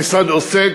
המשרד עוסק,